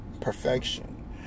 Perfection